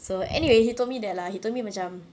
so anyway he told me that lah he told me macam